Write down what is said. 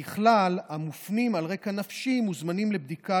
ככלל, המופנים על רקע נפשי מוזמנים לבדיקה